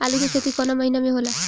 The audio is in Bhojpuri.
आलू के खेती कवना महीना में होला?